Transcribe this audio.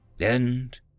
End